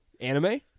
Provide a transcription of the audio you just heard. Anime